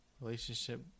relationship